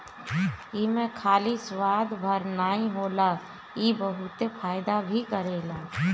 एमे खाली स्वाद भर नाइ होला इ बहुते फायदा भी करेला